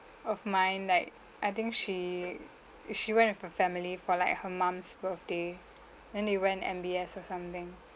of mine like I think she she went for family for like her mum's birthday then they went M_B_S or something